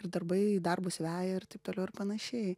ir darbai darbus veja ir taip toliau ir panašiai